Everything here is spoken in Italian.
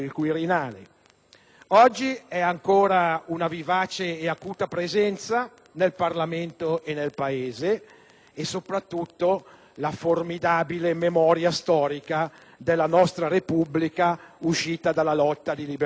Oggi è ancora una vivace e acuta presenza nel Parlamento e nel Paese e, soprattutto, la formidabile memoria storica della nostra Repubblica uscita dalla lotta di Liberazione.